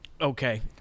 Okay